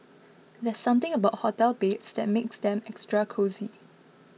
there's something about hotel beds that makes them extra cosy